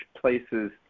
places